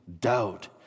doubt